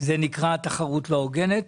זה נקרא תחרות לא הוגנת?